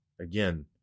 again